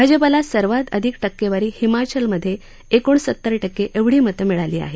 भाजपाला सर्वात अधिक टक्केवारी हिमाचल मध्ये एकोणसतर टक्के एवढी मतं मिळाली आहे